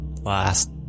last